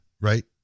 right